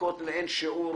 חקיקות לאין שיעור